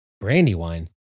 Brandywine